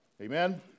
Amen